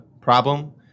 problem